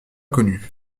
connues